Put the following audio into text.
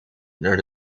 naar